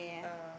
uh